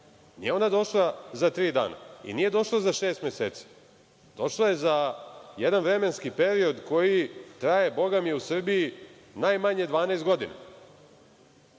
nije ona došla za tri dana i nije došla za šest meseci. Došla je za jedan vremenski period, koji traje, Boga mi, u Srbiji, najmanje 12 godina.